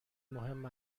مهم